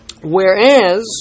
Whereas